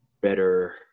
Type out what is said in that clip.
better